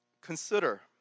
consider